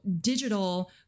digital